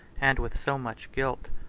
and with so much guilt.